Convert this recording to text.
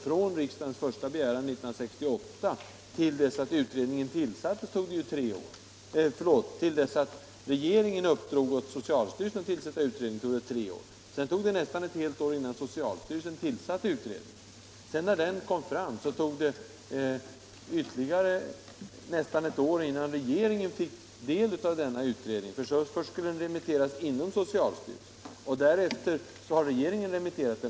Från riksdagens första begäran 1968 till dess regeringen uppdrog åt socialstyrelsen att tillsätta en utredning tog det tre år. Sedan tog det nästan ett helt år innan socialstyrelsen tillsatte utredningen. Och när sedan utredningens betänkande förelåg, tog det ytterligare nästan ett år innan regeringen fick del av resultaten, ty betänkandet skulle först remitteras inom socialstyrelsen. Därefter har regeringen remitterat betänkandet.